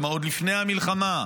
כלומר עוד לפני המלחמה.